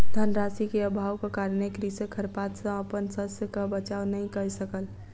धन राशि के अभावक कारणेँ कृषक खरपात सॅ अपन शस्यक बचाव नै कय सकल